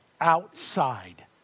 outside